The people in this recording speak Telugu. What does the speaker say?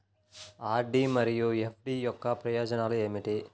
ఆర్.డీ మరియు ఎఫ్.డీ యొక్క ప్రయోజనాలు ఏమిటి?